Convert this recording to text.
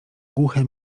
głuche